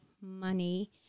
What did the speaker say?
money